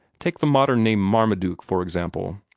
take the modern name marmaduke, for example.